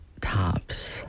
tops